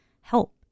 help